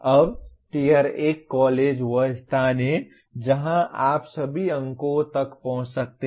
अब tier 1 college वह स्थान है जहाँ आप सभी अंकों तक पहुँच सकते हैं